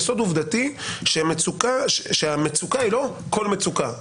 יסוד עובדתי שהמצוקה היא לא כל מצוקה.